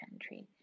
country